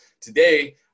today